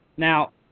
Now